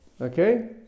okay